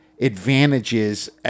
advantages